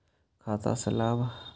खाता से लाभ?